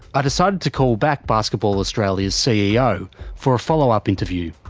i decided to call back basketball australia's ceo for a follow-up interview.